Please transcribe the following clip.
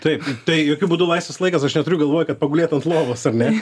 taip tai jokiu būdu laisvas laikas aš neturiu galvoj kad pagulėt ant lovos ar ne